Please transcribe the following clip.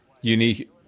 unique